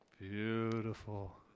Beautiful